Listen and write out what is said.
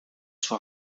sua